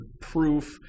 proof